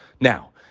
Now